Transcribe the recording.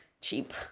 cheap